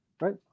Right